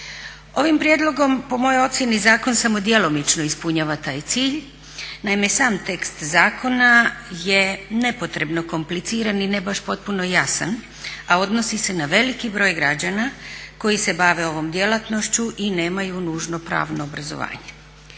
Ovim prijedlogom, po mojoj ocjeni, zakon samo djelomično ispunjava taj cilj. Naime, sam tekst zakona je nepotrebno kompliciran i ne baš potpuno jasan, a odnosi se na veliki broj građana koji se bave ovom djelatnošću i nemaju nužno pravno obrazovanje.